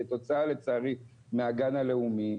כתוצאה לצערי מהגן הלאומי.